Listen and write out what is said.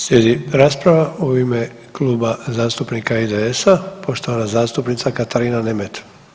Slijedi rasprava u ime Kluba zastupnika IDS-a, poštovana zastupnica Katarina Nemet.